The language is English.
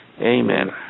Amen